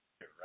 right